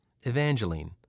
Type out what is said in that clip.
Evangeline